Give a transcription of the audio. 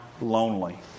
lonely